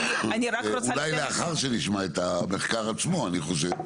אולי לאחר שנשמע את המחקר עצמו אני חושב,